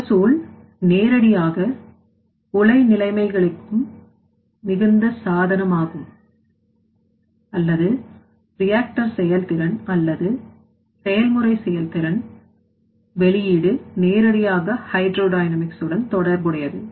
மகசூல் நேரடியாக மூளை நிலைமைகளுக்கும் மிகுந்த சாதனம் ஆகும் அல்லது reactor செயல்திறன் அல்லது செயல்முறை செயல்திறன் வெளியீடு நேரடியாக ஹைட்ரோ டைனமிக்ஸ் உடன் தொடர்புடையது